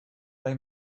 they